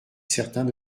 certains